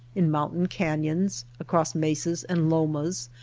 in moun tain canyons, across mesas and lomas,